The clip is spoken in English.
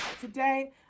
today